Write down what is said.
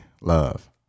love